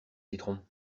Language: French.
citron